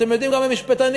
אתם יודעים, גם המשפטנים.